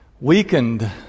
weakened